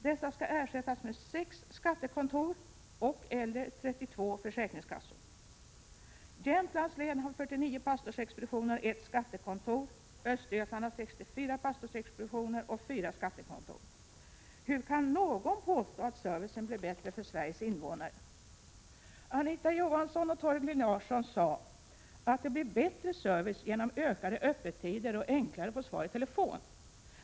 Det skall ersättas med sex skattekontor och/eller 32 försäkringskassor. Jämtlands län har 49 pastorsexpeditioner och ett skattekontor. Östergötland har 64 pastorsexpeditioner och fyra skattekontor. Hur kan någon påstå att servicen för Sveriges invånare blir bättre? Anita Johansson och Torgny Larsson sade att det blir bättre service genom ökade öppettider och att det blir enklare att få svar per telefon.